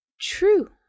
true